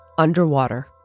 Underwater